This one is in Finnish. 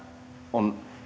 on